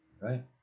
Right